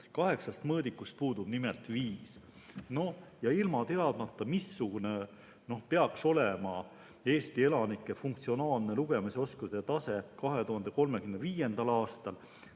Kaheksast mõõdikust puudub nimelt viis. Ja ilma teadmata, missugune peaks olema Eesti elanike funktsionaalse lugemisoskuse tase 2035. aastal